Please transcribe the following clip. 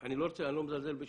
אני לא מזלזל בשקל.